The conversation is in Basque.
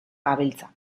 gabiltza